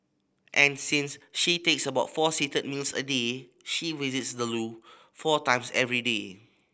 and since she takes about four seated meals a day she visits the loo four times every day